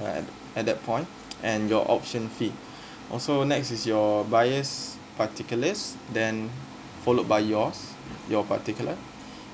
at at that point and your option fee also next is your buyer's particulars then followed by yours your particular